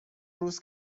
روز